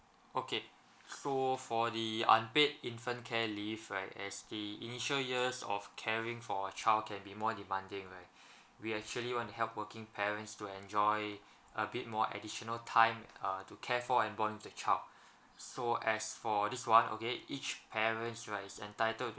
okay so for the unpaid infant care leave right as the initial years of caring for a child can be more demanding right we actually want to help working parents to enjoy a bit more additional time uh to care for and bond with the child so as for this one okay each parents right is entitled to